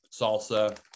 salsa